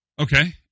Okay